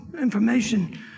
information